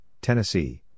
Tennessee